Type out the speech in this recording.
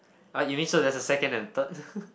ah you mean so there's a second and third